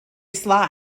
sly